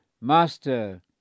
Master